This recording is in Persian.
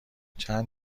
چند